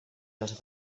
els